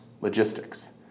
logistics